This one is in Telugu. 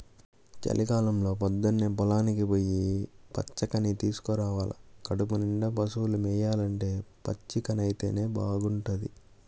చలికాలంలో పొద్దన్నే పొలానికి పొయ్యి పచ్చికని తీసుకురావాల కడుపునిండా పశువులు మేయాలంటే పచ్చికైతేనే బాగుంటది